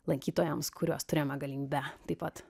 lankytojams kuriuos turėjome galimybę taip pat